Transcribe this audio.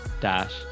dash